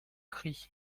cri